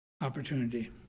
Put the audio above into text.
opportunity